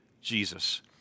Jesus